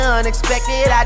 unexpected